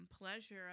pleasure